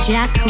Jack